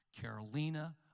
Carolina